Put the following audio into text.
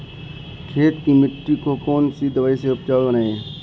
खेत की मिटी को कौन सी दवाई से उपजाऊ बनायें?